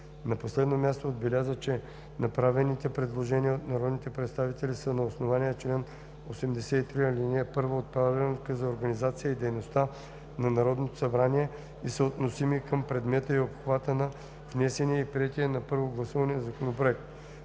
На последно място отбеляза, че направените предложения от народните представители са на основание чл. 83, ал. 1 от Правилника за организацията и дейността на Народното събрание и са относими към предмета и обхвата на внесения и приет на първо гласуване законопроект.